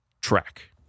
track